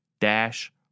dash